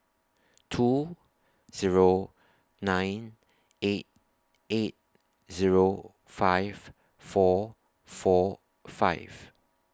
two Zero nine eight eight Zero five four four five